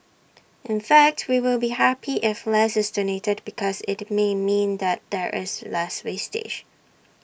in fact we will be happy if less is donated because IT may mean that there is less wastage